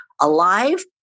alive